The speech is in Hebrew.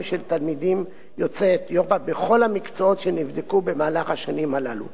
של תלמידים יוצאי אתיופיה בכל המקצועות שנבדקו בשנים האלה.